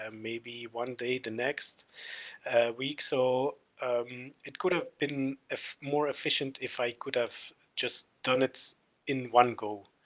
um maybe one day the next week, so um it could have been more efficient if i could have just done it in one go,